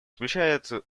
включает